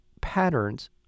patterns